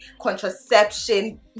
contraception